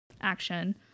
action